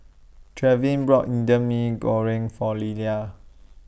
Trevin brought Indian Mee Goreng For Lillia